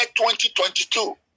2022